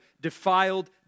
defiled